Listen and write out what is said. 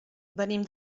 venim